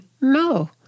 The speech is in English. no